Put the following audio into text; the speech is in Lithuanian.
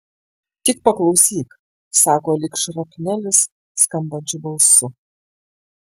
tik paklausyk sako lyg šrapnelis skambančiu balsu